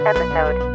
Episode